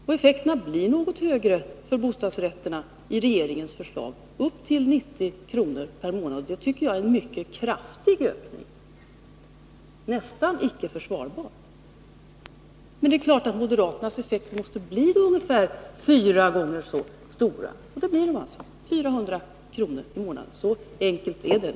I regeringens förslag blir effekterna något högre för bostadsrätterna — upp till 90 kr. per månad. Det tycker jag är en mycket kraftig ökning, nästan icke försvarbar. Men det är klart att moderaternas effekter måste bli ungefär fyra gånger så stora — och det blir de också: 400 kr. i månaden. Så enkelt är det.